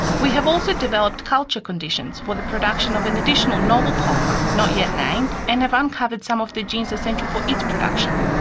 we have also developed culture conditions for the production of an additional novel polymer, not yet named, and have uncovered some of the genes essential for its production.